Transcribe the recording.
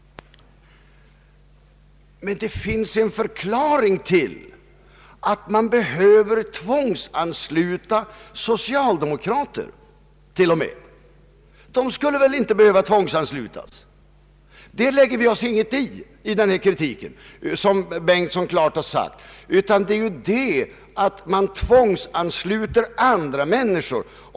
Men det finns en förklaring till att man behöver tvångsansluta socialdemokrater. De skulle väl inte behöva tvångsanslutas. Jag vill påpeka att vår kritik inte lägger sig i att man kollektivansluter socialdemokrater. Herr Bengtson sade klart ifrån att kritiken gäller att man tvångsansluter andra människor.